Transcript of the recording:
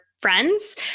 friends